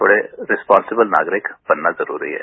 थोड़ा रिसपोन्सिबल नागरिक बनना जरूरी है